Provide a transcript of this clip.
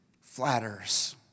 flatters